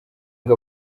ngo